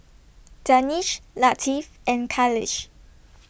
Danish Latif and Khalish